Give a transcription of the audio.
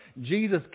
Jesus